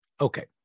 Okay